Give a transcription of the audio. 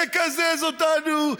תקזז אותנו,